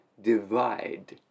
divide